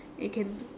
and can